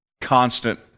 constant